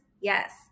Yes